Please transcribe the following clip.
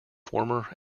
former